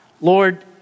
Lord